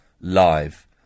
live